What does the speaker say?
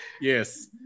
Yes